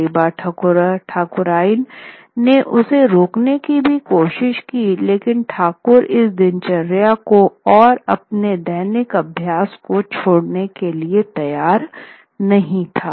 कई बार ठाकुरायन ने उसे रोकने की भी कोशिश की लेकिन ठाकुर इस दिनचर्या को और अपने दैनिक अभ्यास को छोड़ने के लिए तैयार नहीं था